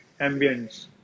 ambience